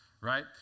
right